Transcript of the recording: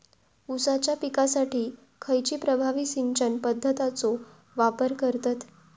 ऊसाच्या पिकासाठी खैयची प्रभावी सिंचन पद्धताचो वापर करतत?